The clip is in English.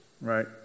Right